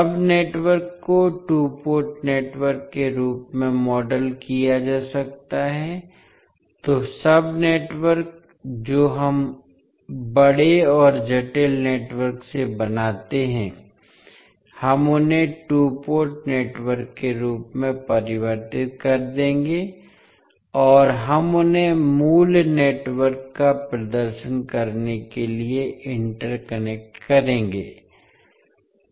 सब नेटवर्क को two port network के रूप में मॉडल किया जा सकता है तो सब नेटवर्क जो हम बड़े और जटिल नेटवर्क से बनाते हैं हम उन्हें टू पोर्ट नेटवर्क के रूप में परिवर्तित कर देंगे और हम उन्हें मूल नेटवर्क का प्रदर्शन करने के लिए इंटरकनेक्ट करेंगे